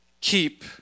keep